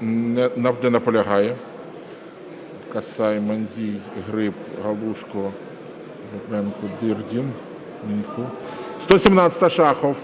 Не наполягає. 117-а, Шахов.